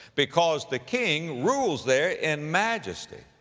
because the king rules there in majesty.